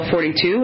42